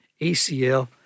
ACL